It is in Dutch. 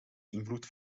invloed